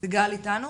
את איתנו